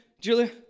Julia